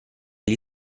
gli